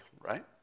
right